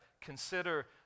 consider